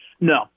No